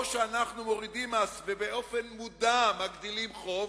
או שאנחנו מורידים מס ובאופן מודע מגדילים חוב.